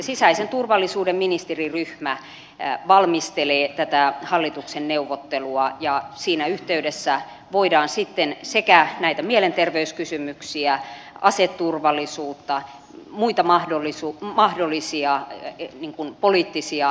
sisäisen turvallisuuden ministeriryhmä valmistelee tätä hallituksen neuvottelua ja siinä yhteydessä voidaan sitten sekä näitä mielenterveyskysymyksiä aseturvallisuutta että muita mahdollisia poliittisia johtopäätöksiä käsitellä